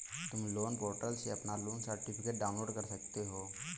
तुम loan portal से अपना लोन सर्टिफिकेट डाउनलोड कर सकते हो